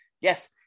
yes